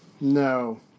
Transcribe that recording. No